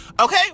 Okay